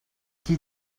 qui